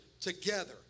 together